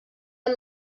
amb